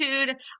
attitude